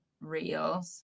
reels